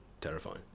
terrifying